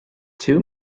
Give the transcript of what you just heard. two